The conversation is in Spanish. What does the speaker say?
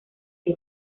que